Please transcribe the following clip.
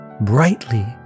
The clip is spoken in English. brightly